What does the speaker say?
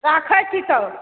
राखै छी तब